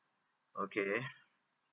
okay